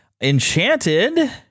Enchanted